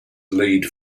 lead